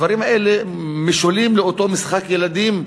הדברים האלה משולים לאותו משחק ילדים,